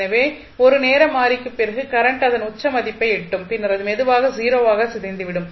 எனவே 1 நேர மாறிக்குப் பிறகு கரண்ட் அதன் உச்ச மதிப்பை எட்டும் பின்னர் அது மெதுவாக 0 ஆக சிதைந்துவிடும்